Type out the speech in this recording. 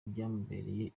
byamubereye